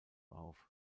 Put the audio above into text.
auf